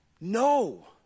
no